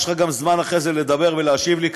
יש לך גם זמן אחרי זה לדבר ולהשיב לי,